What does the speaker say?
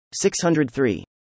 603